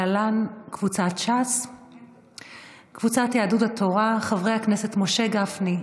קבוצת סיעת יהדות התורה: חברי הכנסת משה גפני,